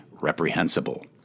Reprehensible